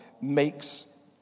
makes